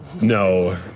No